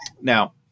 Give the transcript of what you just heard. Now